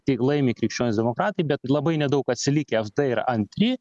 tik laimi krikščionys demokratai bet labai nedaug atsilikę ir antri